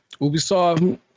Ubisoft